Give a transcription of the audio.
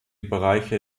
bereiche